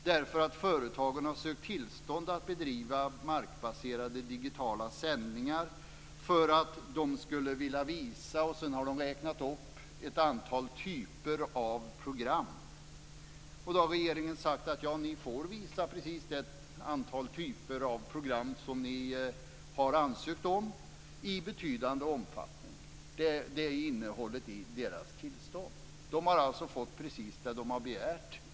Företagen har sökt tillstånd för att bedriva markbaserade digitala sändningar därför att de har velat visa ett antal typer av program, som man har räknat upp. Regeringen har sagt att företagen får visa precis de typer av program som de har ansökt om i betydande omfattning. Det är innehållet i deras tillstånd. Företagen har alltså fått precis det de har begärt.